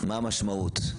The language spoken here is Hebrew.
הערה חשובה,